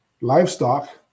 livestock